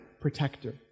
protector